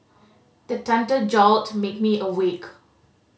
the thunder jolt make me awake